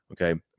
okay